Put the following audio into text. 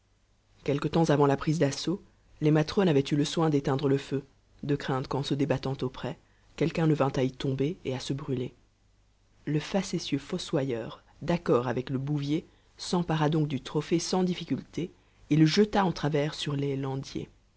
quelque temps avant la prise d'assaut les matrones avaient eu le soin d'éteindre le feu de crainte qu'en se débattant auprès quelqu'un ne vînt à y tomber et à se brûler le facétieux fossoyeur d'accord avec le bouvier s'empara donc du trophée sans difficulté et le jeta en travers sur les landiers